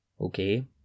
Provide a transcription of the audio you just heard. Okay